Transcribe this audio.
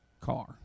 car